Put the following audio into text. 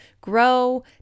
grow